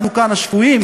אנחנו כאן השפויים,